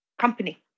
company